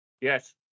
Yes